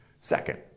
Second